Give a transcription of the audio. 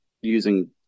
using